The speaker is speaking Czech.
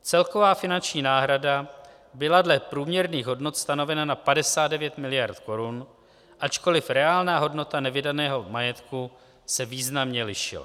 Celková finanční náhrada byla dle průměrných hodnot stanovena na 59 mld. korun, ačkoliv reálná hodnota nevydaného majetku se významně lišila.